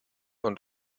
und